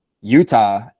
Utah